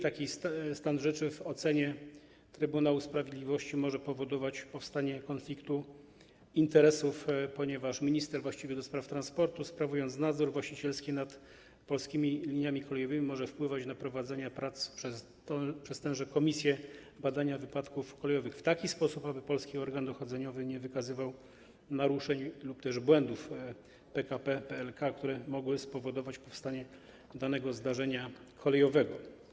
Taki stan rzeczy w ocenie Trybunału Sprawiedliwości może powodować powstanie konfliktu interesów, ponieważ minister właściwy do spraw transportu, sprawując nadzór właścicielski nad Polskimi Liniami Kolejowymi, może wpływać na prowadzenie prac przez Komisję Badania Wypadków Kolejowych w taki sposób, aby polski organ dochodzeniowy nie wykazywał naruszeń lub też błędów PKP PLK, które mogły spowodować powstanie danego zdarzenia kolejowego.